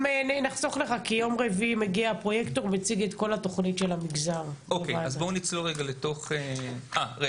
לגבי המשטרה הזכרתי קודם את החשיבות בלייצר תקציב בסיס לפרויקטים ארוכי